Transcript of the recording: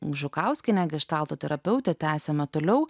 žukauskiene geštalto terapeutė tęsiama toliau